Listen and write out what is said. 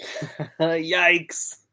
Yikes